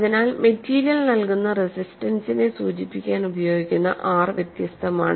അതിനാൽ മെറ്റീരിയൽ നൽകുന്ന റെസിസ്റ്റൻസിനെ സൂചിപ്പിക്കാൻ ഉപയോഗിക്കുന്ന R വ്യത്യസ്തമാണ്